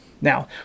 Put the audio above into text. Now